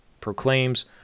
proclaims